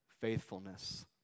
Faithfulness